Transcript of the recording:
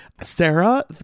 Sarah